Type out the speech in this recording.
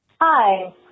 Hi